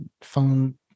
phone